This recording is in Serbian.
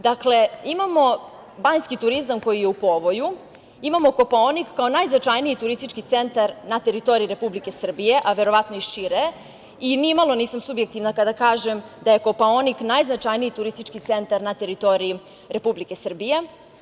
Dakle, imamo banjski turizam koji je u povoju, imamo Kopaonik kao najznačajniji turistički centar na teritoriji Republike Srbije, a verovatno i šire i ni malo nisam subjektivna kada kažem da je Kopaonik najznačajniji turistički centar na teritoriji Republike Srbije.